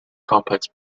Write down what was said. complex